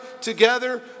together